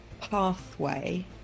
pathway